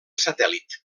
satèl·lit